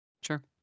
Sure